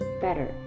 better